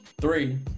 Three